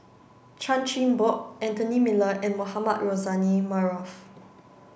Chan Chin Bock Anthony Miller and Mohamed Rozani Maarof